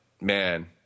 man—